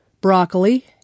Broccoli